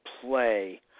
play